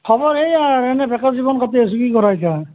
খবৰ এইয়া আৰু এনেই বেকাৰ জীৱন কটাই আছো কি কৰা এতিয়া